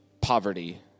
poverty